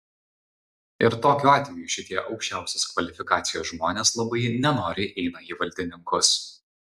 ir tokiu atveju šitie aukščiausiosios kvalifikacijos žmonės labai nenoriai eina į valdininkus